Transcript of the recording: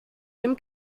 dem